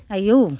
आयौ